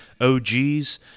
OGs